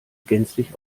gänzlich